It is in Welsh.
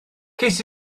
ces